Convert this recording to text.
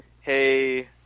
hey